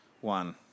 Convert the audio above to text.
one